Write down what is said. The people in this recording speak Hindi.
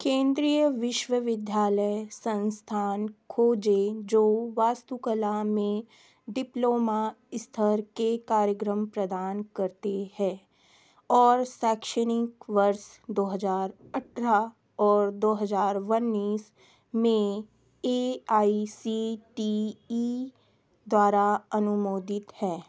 केंद्रीय विश्वविद्यालय संस्थान खोजें जो वास्तुकला में डिप्लोमा स्तर के कार्यक्रम प्रदान करते है और शैक्षणिक वर्ष दो हज़ार अट्ठारह दो हज़ार उन्नीस में A I C T E द्वारा अनुमोदित हैं